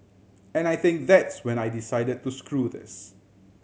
and I think that's when I decided to screw this